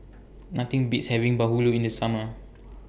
Nothing Beats having Bahulu in The Summer